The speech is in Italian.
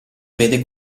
vede